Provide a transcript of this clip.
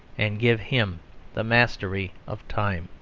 and give him the mastery of time.